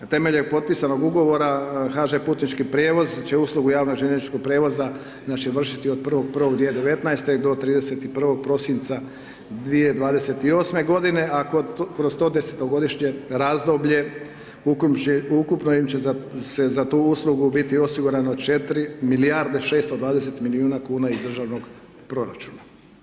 Temeljem potpisanog Ugovora, HŽ Putnički prijevoz će uslugu javnog željezničkog prijevoza, znači, vršiti od 1.1.2019.-te do 31. prosinca 2028.-me godine, a kroz to desetogodišnje razdoblje ukupno će im za tu uslugu biti osigurano 4 milijarde 620 milijuna kuna iz državnog proračuna.